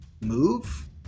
move